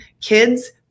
kids